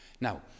Now